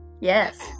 yes